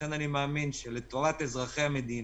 לכן אני מאמין שלטובת אזרחי המדינה,